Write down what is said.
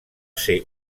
ser